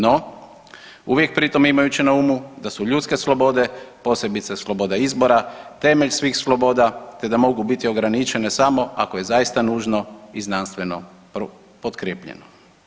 No, uvijek pri tom imajući na umu da su ljudske slobode, posebice sloboda izbora temelj svih sloboda te da mogu biti ograničene samo ako je zaista nužno i znanstveno potkrijepljeno.